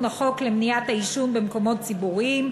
החוק למניעת העישון במקומות ציבוריים,